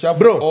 bro